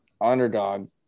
underdog